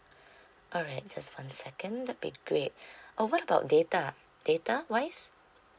alright just one second that'd be great oh what about data data wise